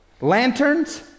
lanterns